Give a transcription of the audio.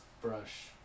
brush